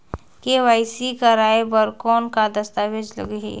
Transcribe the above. KYC कराय बर कौन का दस्तावेज लगही?